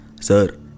Sir